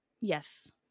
Yes